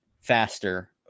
faster